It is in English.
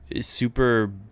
super